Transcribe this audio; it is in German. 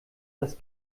das